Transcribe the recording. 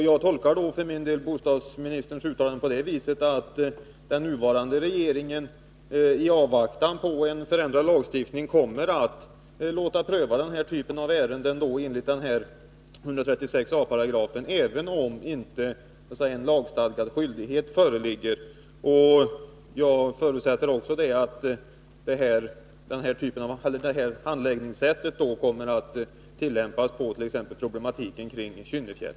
Jag tolkar bostadsministerns uttalande nu så, att den nuvarande regeringen i avvaktan på en förändrad lagstiftning kommer att pröva denna typ av ärenden enligt 136 a §, även om lagstadgad skyldighet inte föreligger. Jag förutsätter att regeringen då prövar även frågan om Kynnefjäll.